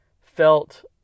felt